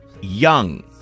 Young